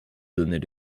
donnais